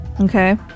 Okay